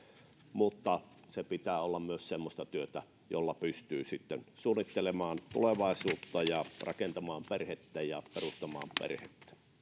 mutta sen pitää olla myös semmoista työtä jolla pystyy sitten suunnittelemaan tulevaisuutta ja rakentamaan perhettä ja perustamaan perhettä